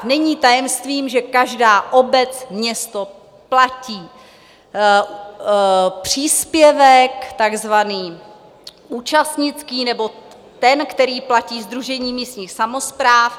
Není tajemstvím, že každá obec, město platí příspěvek takzvaný účastnický, nebo ten, který platí Sdružení místních samospráv.